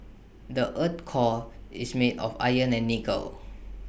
the Earth's core is made of iron and nickel